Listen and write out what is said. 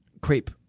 Creep